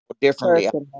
differently